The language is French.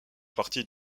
partie